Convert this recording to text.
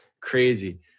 Crazy